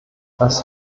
als